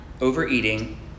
overeating